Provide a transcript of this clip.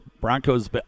Broncos